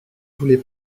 voulez